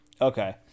Okay